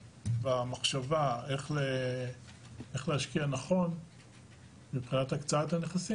במחשבה איך להשקיע נכון מבחינת הקצאת הנכסים